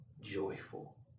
joyful